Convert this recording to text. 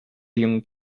young